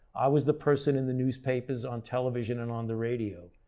i was the person in the newspapers, on television, and on the radio.